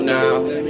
now